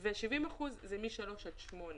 ו-70 אחוזים מגיל שלוש עד שמונה.